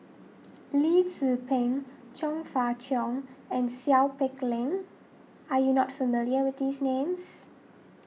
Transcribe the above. Lee Tzu Pheng Chong Fah Cheong and Seow Peck Leng are you not familiar with these names